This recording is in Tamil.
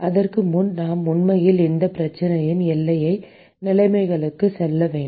அதற்கு முன் நாம் உண்மையில் இந்தப் பிரச்சனையின் எல்லை நிலைமைகளுக்குச் செல்ல வேண்டும்